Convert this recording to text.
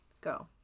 go